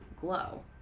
glow